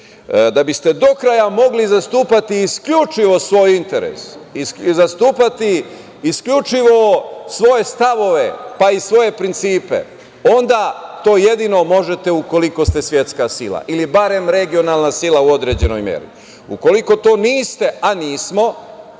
da biste do kraja mogli zastupati isključivo svoj interes i zastupati isključivo svoje stavove, pa i svoje principe. Onda to jedino možete ukoliko ste svetska sila ili barem regionalna sila u određenoj meri. Ukoliko to niste, a nismo,